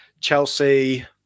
Chelsea